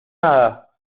nada